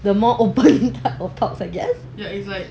the more open types of talk I guess